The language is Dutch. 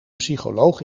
psycholoog